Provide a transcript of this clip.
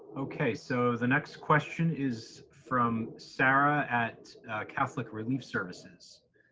okay so, the next question is from sarah at catholic relief services.